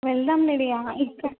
వెళ్దాం లిడియా ఇక్కడ